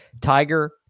Tiger